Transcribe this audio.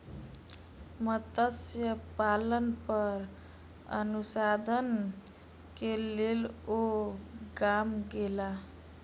मत्स्य पालन पर अनुसंधान के लेल ओ गाम गेला